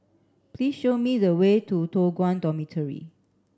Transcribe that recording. please show me the way to Toh Guan Dormitory